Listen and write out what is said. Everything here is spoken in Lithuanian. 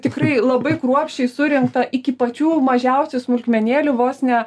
tikrai labai kruopščiai surinkta iki pačių mažiausių smulkmenėlių vos ne